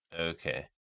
Okay